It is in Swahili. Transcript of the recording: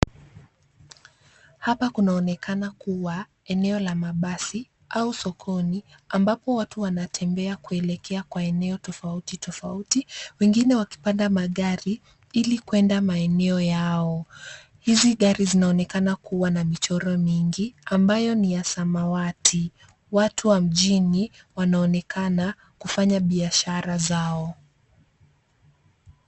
Hapa kunaonekana kuwa eneo la mabasi au sokoni ambapo watu wanatembea kuelekea kwa eneo tofauti tofauti wengine wakipanda magari ili kwenda maeneo yao. Hizi gari zinaonekana kuwa na michoro mingi ambayo ni ya samawati. Watu wa mjini wanaonekana kufanya biashara zao.